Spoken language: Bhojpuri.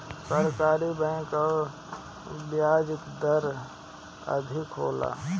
सरकारी बैंक कअ बियाज दर अधिका होला